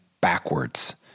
backwards